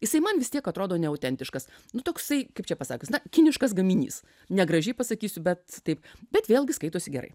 jisai man vis tiek atrodo neautentiškas nu toksai kaip čia pasakius na kiniškas gaminys negražiai pasakysiu bet taip bet vėlgi skaitosi gerai